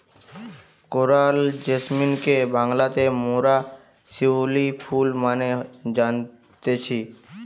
coral জেসমিনকে বাংলাতে মোরা শিউলি ফুল মানে জানতেছি